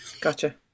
Gotcha